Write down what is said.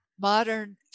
Modern